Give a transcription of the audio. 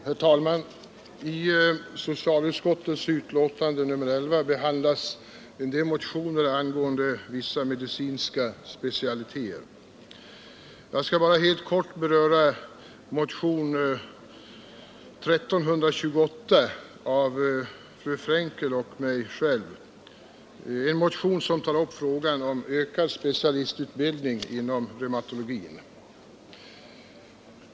Herr talman! I socialutskottets betänkande nr 11 behandlas en del motioner angående vissa medicinska specialiteter. Jag skall bara helt kort beröra motionen 1328 av fru Frenkel och mig själv, en motion som tar upp frågan om ökad specialistutbildning inom reumatologin.